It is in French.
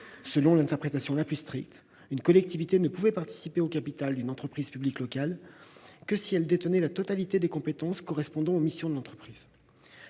Selon l'interprétation la plus stricte, une collectivité ne pouvait participer au capital d'une entreprise publique locale que si elle détenait la totalité des compétences correspondant aux missions de l'entreprise.